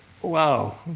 Wow